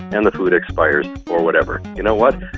and the food expires or whatever. you know what?